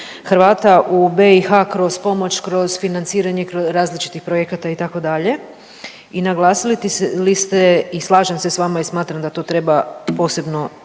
Hrvata u BiH kroz pomoć, kroz financiranje različitih projekata itd. i naglasili ste i slažem se s vama i smatram da to treba posebno